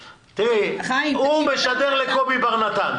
הוא משדר לקובי בר נתן,